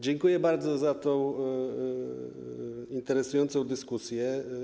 Dziękuję bardzo za tę interesującą dyskusję.